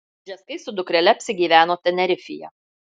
bžeskai su dukrele apsigyveno tenerifėje